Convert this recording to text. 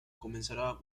comenzará